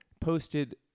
posted